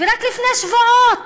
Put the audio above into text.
ורק לפני שבועות,